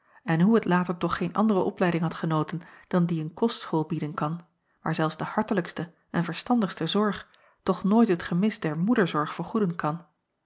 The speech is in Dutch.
en hoe het later toch geen andere opleiding had genoten dan die een kostschool bieden kan waar zelfs de hartelijkste en verstandigste zorg toch nooit het gemis der moederzorg vergoeden kan